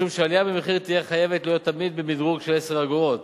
משום שהעלייה במחיר תהיה חייבת להיות תמיד במדרג של 10 אגורות.